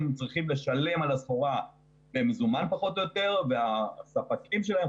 צריכים לשלם על הסחורה במזומן פחות או יותר והספקים שלהם,